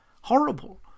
horrible